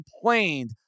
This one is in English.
complained